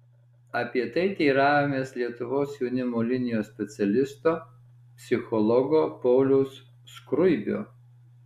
apie tai teiravomės lietuvos jaunimo linijos specialisto psichologo pauliaus skruibio